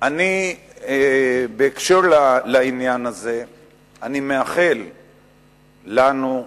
בהקשר של העניין הזה אני מאחל לנו,